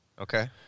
Okay